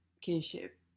kinship